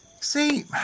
See